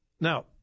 Now